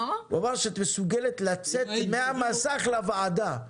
הוא אמר שאת מסוגלת לצאת מהמסך לוועדה.